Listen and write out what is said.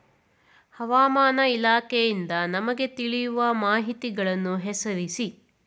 ಹವಾಮಾನ ಇಲಾಖೆಯಿಂದ ನಮಗೆ ತಿಳಿಯುವ ಮಾಹಿತಿಗಳನ್ನು ಹೆಸರಿಸಿ?